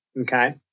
okay